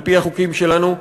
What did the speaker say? על-פי החוקים שלנו,